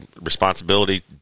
responsibility